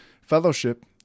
Fellowship